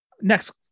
Next